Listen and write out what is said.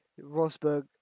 rosberg